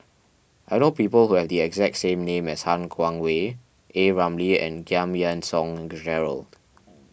I know people who have the exact name as Han Guangwei A Ramli and Giam Yean Song Gerald